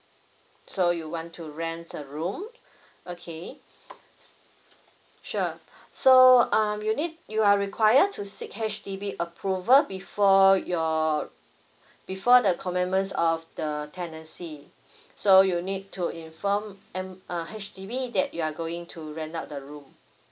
so you want to rent a room okay sure so um you need you are require to seek H_D_B approval before your before the commitments of the tenancy so you need to inform M uh H_D_B that you are going to rent out the room